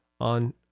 on